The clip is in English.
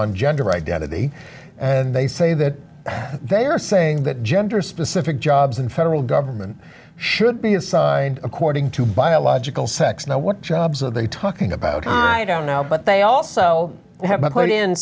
on gender identity and they say that they are saying that gender specific jobs in federal government should be assigned according to biological sex now what jobs are they talking about i don't know but they also have been put in